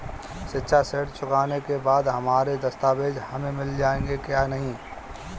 शिक्षा ऋण चुकाने के बाद हमारे दस्तावेज हमें मिल जाएंगे या नहीं?